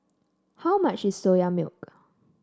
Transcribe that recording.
how much is Soya Milk